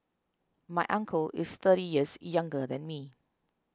my uncle is thirty years younger than me